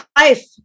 life